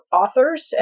authors